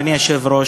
אדוני היושב-ראש,